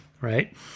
right